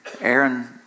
Aaron